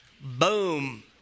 Boom